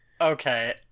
Okay